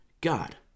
God